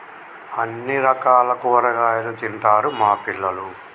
అన్ని రకాల కూరగాయలు తింటారు మా పిల్లలు